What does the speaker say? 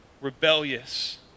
rebellious